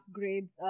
upgrades